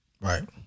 Right